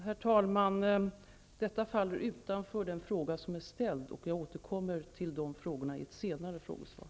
Herr talman! Detta faller utanför den fråga som är ställd, och jag återkommer till detta i ett senare frågesvar.